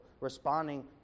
responding